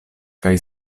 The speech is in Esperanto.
kaj